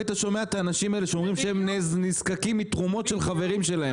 היית שומע את האנשים שאומרים שהם נזקקים לתרומות של חברים שלהם.